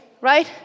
right